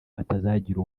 hatazagira